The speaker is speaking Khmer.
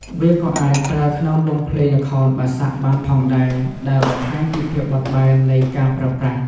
វាក៏អាចប្រើក្នុងវង់ភ្លេងល្ខោនបាសាក់បានផងដែរ ដែលបង្ហាញពីភាពបត់បែននៃការប្រើប្រាស់។